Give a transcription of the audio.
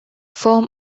foam